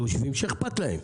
שאכפת להם.